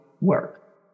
work